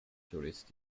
tourist